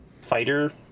fighter